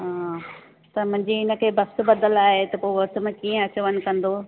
हा त मुंजे इनखे बस ॿधल आहे पो बस में कीअं अचु वञु कंदो